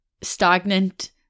stagnant